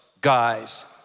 guys